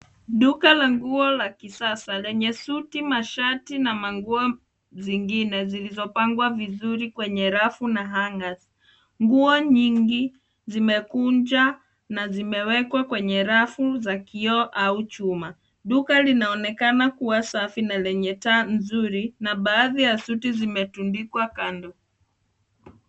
Duka la nguo la kisasa lenye suti, mashati na mango zingine zilizopangwa vizuri kwenye rafu na hangers . Nguo nyingi zimekunjwa na zimewekwa kwenye rafu za kioo au chumba . Duka linaonekana kuwa Safi na lenye taa nzuri na baadhi ya suti zimetundikwa kando.